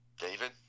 David